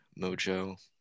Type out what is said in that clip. mojo